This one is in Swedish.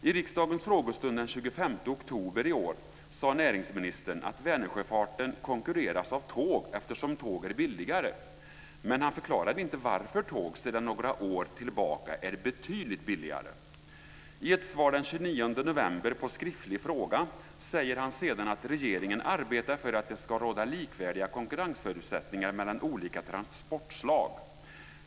I riksdagens frågestund den 25 oktober i år sade näringsministern att Vänersjöfarten konkurreras ut av tåg eftersom tåg är billigare, men han förklarade inte varför tåg sedan några år tillbaka är betydligt billigare. I ett svar den 29 november på en skriftlig fråga säger han sedan att regeringen arbetar för att det ska råda likvärdiga konkurrensförutsättningar mellan olika transportslag.